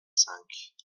cinq